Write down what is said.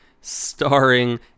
Starring